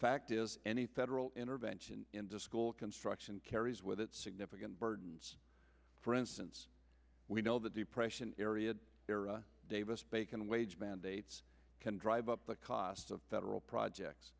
fact is any federal intervention into school construction carries with it significant burdens for instance we know that depression areas davis bacon wage mandates can drive up the costs of federal projects